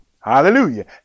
Hallelujah